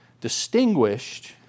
distinguished